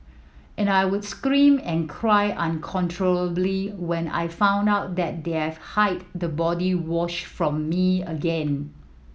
and I would scream and cry uncontrollably when I found out that they have hide the body wash from me again